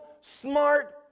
smart